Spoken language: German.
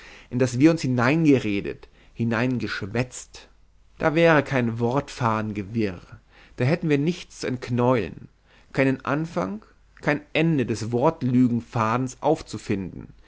in das wir uns hineingeredet hineingeschwätzt da wäre kein wortefadengewirr da hätten wir nichts zu entknäueln keinen anfang kein ende des wortelügenfadens aufzufinden